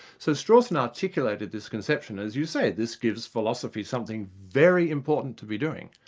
so strawson articulated this conception as you say, this gives philosophy something very important to be doing,